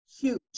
huge